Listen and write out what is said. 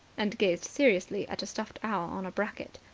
and gazed seriously at a stuffed owl on a bracket.